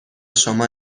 شما